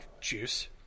juice